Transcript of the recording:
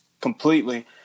completely